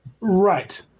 Right